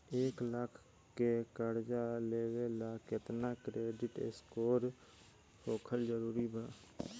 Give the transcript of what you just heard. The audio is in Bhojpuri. एक लाख के कर्जा लेवेला केतना क्रेडिट स्कोर होखल् जरूरी बा?